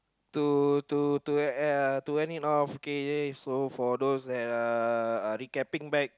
to to to uh to any of so for all those that uh recapping back